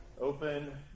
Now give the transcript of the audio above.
Open